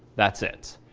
that's it.